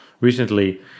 recently